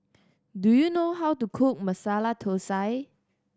do you know how to cook Masala Thosai